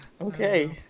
Okay